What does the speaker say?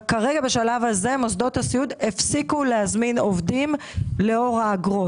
מוסדות הסיעוד הפסיקו כרגע להזמין עובדים לאור האגרות.